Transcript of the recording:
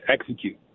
execute